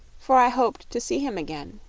for i hoped to see him again.